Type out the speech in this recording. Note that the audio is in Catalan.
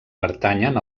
pertanyen